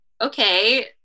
okay